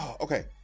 Okay